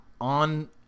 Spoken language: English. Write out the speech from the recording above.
on